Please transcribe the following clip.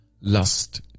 lust